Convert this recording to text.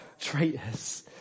traitors